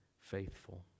faithful